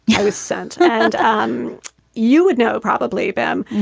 i was sent. and um you would know probably them.